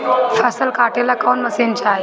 फसल काटेला कौन मशीन चाही?